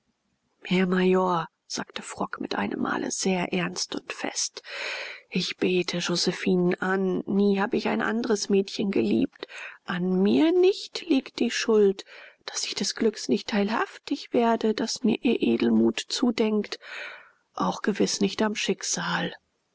herr major sagte frock mit einem male sehr ernst und fest ich bete josephinen an nie hab ich ein anderes mädchen geliebt an mir nicht liegt die schuld daß ich des glücks nicht teilhaftig werde das mir ihr edelmut zudenkt auch gewiß nicht am schicksal